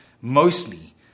Mostly